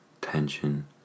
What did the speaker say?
Tension